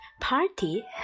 party